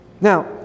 Now